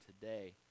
today